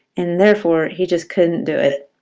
and therefore, he just couldn't do it.